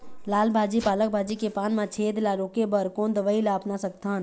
लाल भाजी पालक भाजी के पान मा छेद ला रोके बर कोन दवई ला अपना सकथन?